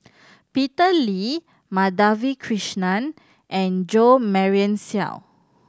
Peter Lee Madhavi Krishnan and Jo Marion Seow